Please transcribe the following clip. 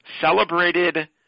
celebrated